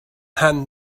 hand